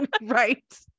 Right